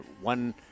one